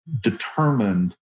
determined